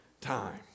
time